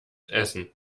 essen